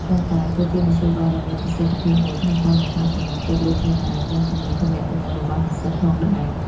ប៉ុន្តែក៏ជាមធ្យោបាយដ៏មានប្រសិទ្ធភាពមួយក្នុងការបង្កើនទំនុកចិត្តលើខ្លួនឯង និងជំនាញទំនាក់ទំនងរបស់និស្សិតផងដែរ។